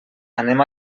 anem